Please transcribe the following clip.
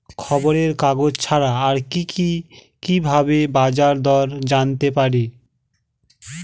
খবরের কাগজ ছাড়া আর কি ভাবে বাজার দর জানতে পারি?